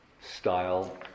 style